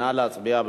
נא להצביע.